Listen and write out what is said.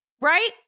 right